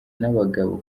n’abagabo